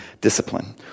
discipline